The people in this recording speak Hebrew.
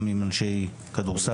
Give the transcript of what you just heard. גם עם אנשי כדורסל.